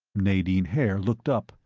nadine haer looked up,